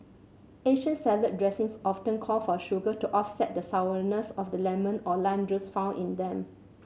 Asian salad dressings often call for sugar to offset the sourness of the lemon or lime juice found in them